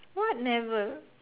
what never